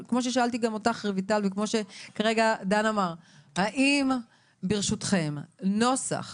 נקודה, האם ברשותכם נוסח